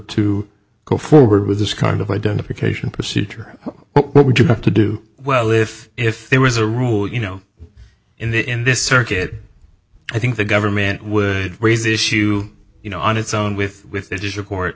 to go forward with this kind of identification procedure what would you have to do well if if there was a rule you know in the in this circuit i think the government would raise issue you know on its own with with